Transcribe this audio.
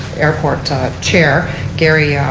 airport chair gary